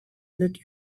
let